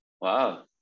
wow